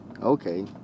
Okay